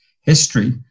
history